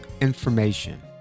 information